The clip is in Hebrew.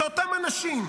אלה אותם אנשים.